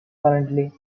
currently